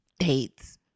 dates